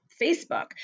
Facebook